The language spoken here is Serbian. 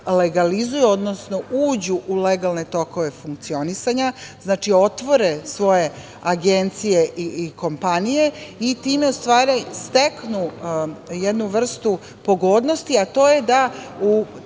legalizuju, odnosno uđu u legalne tokove funkcionisanja, znači, otvore svoje agencije i kompanije i time steknu jednu vrstu pogodnosti, a to je da u